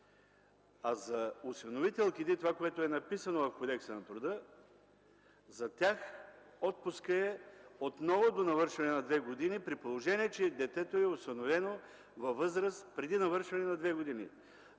а за осиновителките това, което е написано в Кодекса на труда – за тях отпускът е отново до навършване на две години при положение, че детето е осиновено във възраст преди навършване на две години.